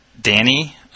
Danny